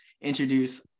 introduce